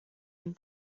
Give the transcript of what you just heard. then